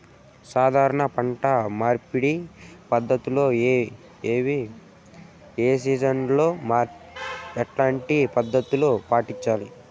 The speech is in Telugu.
సాధారణ పంట మార్పిడి పద్ధతులు ఏవి? ఏ సీజన్ లో ఎట్లాంటి పద్ధతులు పాటించాలి?